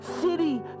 city